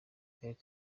akagari